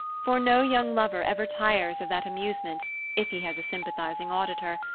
for no young lover ever tires of that amusement if he has a sympathizing auditor,